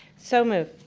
so moved